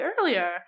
earlier